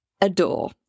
adore